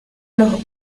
los